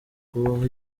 kubaho